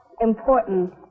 important